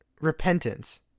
repentance